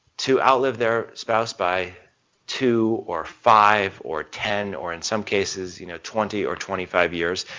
to outlive their spouse by two or five or ten or in some cases, you know, twenty or twenty five years.